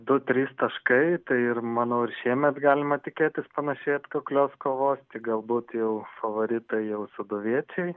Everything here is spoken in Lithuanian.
du trys taškai tai ir manau ir šiemet galima tikėtis panašiai atkaklios kovos tik galbūt jau favoritai jau sūduviečiai